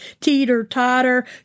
teeter-totter